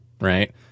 right